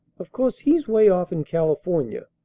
of course he's way off in california,